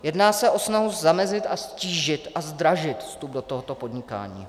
Jedná se o snahu zamezit, ztížit a zdražit vstup do tohoto podnikání.